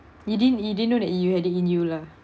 you didn't you didn't know that you had it in you lah